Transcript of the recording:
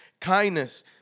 Kindness